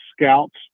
scouts